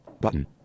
button